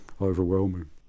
overwhelming